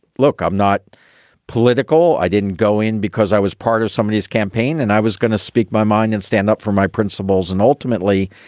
look, i'm not political. i didn't go in because i was part of somebodies campaign and i was going to speak my mind and stand up for my principles. and ultimately,